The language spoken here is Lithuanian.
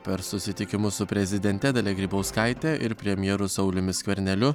per susitikimus su prezidente dalia grybauskaite ir premjeru sauliumi skverneliu